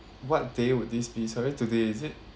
what day would this be sorry today is it